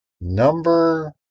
number